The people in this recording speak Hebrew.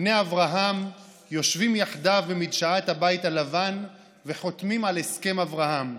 בני אברהם יושבים יחדיו במדשאת הבית הלבן וחותמים על הסכם אברהם,